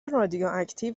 رادیواکتیو